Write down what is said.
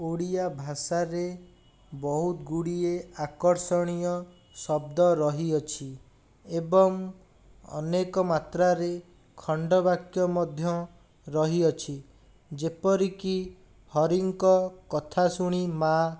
ଓଡ଼ିଆ ଭାଷାରେ ବହୁତ ଗୁଡ଼ିଏ ଆକର୍ଷଣୀୟ ଶବ୍ଦ ରହିଅଛି ଏବଂ ଅନେକ ମାତ୍ରାରେ ଖଣ୍ଡବାକ୍ୟ ମଧ୍ୟ ରହିଅଛି ଯେପରିକି ହରିଙ୍କ କଥା ଶୁଣି ମା